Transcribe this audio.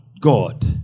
God